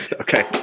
Okay